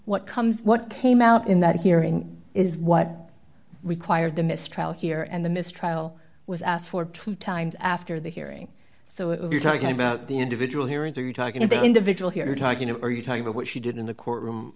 what comes what came out in that hearing is what required the mistrial here and the mistrial was asked for two times after the hearing so if you're talking about the individual hearings are you talking about individual here talking or are you talking about what she did in the courtroom